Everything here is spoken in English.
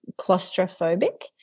claustrophobic